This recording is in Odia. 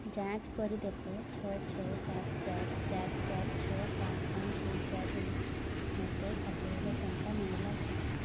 ଯାଞ୍ଚ କରି ଦେଖ ଛଅ ଛଅ ସାତ ଚାରି ଚାରି ଚାରି ଛଅ ପାଞ୍ଚ ପାଞ୍ଚ ଦୁଇ ଚାରିରୁ ମୋତେ ଷାଠିଏ ହଜାର ଟଙ୍କା ମିଳିଲା କି